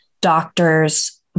doctors